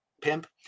pimp